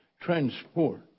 transport